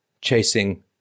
chasing